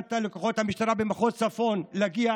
שנתת לכוחות המשטרה במחוז הצפון להגיע